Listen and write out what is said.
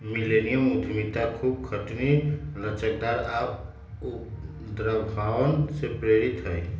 millennium उद्यमिता खूब खटनी, लचकदार आऽ उद्भावन से प्रेरित हइ